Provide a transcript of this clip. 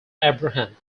abraham